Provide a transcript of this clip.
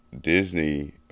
Disney